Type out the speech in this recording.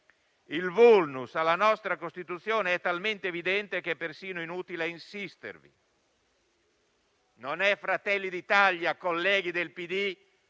Il *vulnus* alla nostra Costituzione è talmente evidente che è persino inutile insistere. Non è Fratelli d'Italia, colleghi del PD,